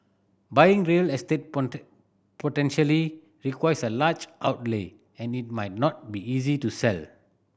buying real estate potentially requires a large outlay and it might not be easy to sell